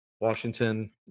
Washington